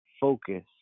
Focus